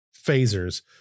phasers